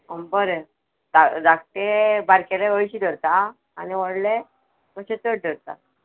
बरें धा धाकटे बारकेले अळशी धरता आनी व्होडले मातशे चड धरता